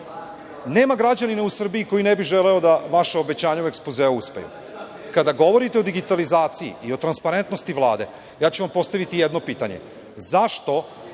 građanina u Srbiji koji ne bi želeo da vaša obećanja u ekspozeu uspeju. Kada govorite o digitalizaciji i o transparentnosti Vlade, ja ću vam postaviti jedno pitanje - zašto